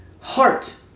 heart